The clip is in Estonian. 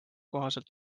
kohaselt